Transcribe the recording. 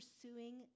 pursuing